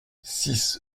six